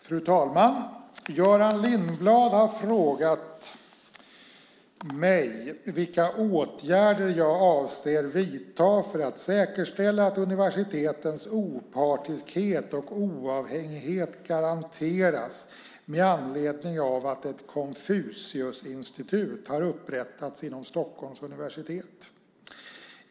Fru talman! Göran Lindblad har frågat har frågat mig vilka åtgärder jag avser att vidta för att säkerställa att universitetens opartiskhet och oavhängighet garanteras med anledning av att ett Konfuciusinstitut har upprättats inom Stockholms universitet.